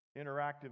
interactive